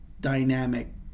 dynamic